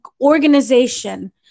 organization